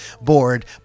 bored